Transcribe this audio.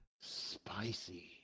spicy